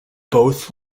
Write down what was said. both